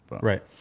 Right